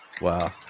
Wow